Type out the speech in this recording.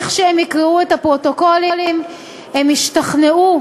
כשהם יקראו את הפרוטוקולים הם ישתכנעו